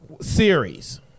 series